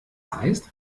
heißt